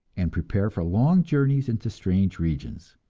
and prepare for long journeys into strange regions,